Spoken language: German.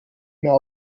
mehr